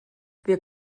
wir